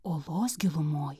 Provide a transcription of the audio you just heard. olos gilumoj